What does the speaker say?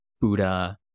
Buddha